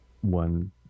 one